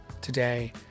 today